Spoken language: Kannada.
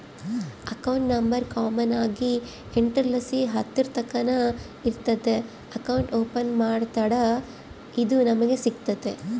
ಅಕೌಂಟ್ ನಂಬರ್ ಕಾಮನ್ ಆಗಿ ಎಂಟುರ್ಲಾಸಿ ಹತ್ತುರ್ತಕನ ಇರ್ತತೆ ಅಕೌಂಟ್ ಓಪನ್ ಮಾಡತ್ತಡ ಇದು ನಮಿಗೆ ಸಿಗ್ತತೆ